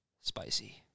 spicy